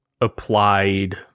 applied